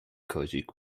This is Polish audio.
kazik